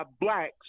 blacks